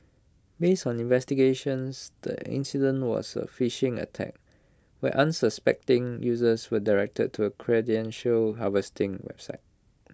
based on investigations the incident was A phishing attack where unsuspecting users were directed to A credential harvesting website